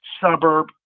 suburb